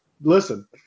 Listen